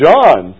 John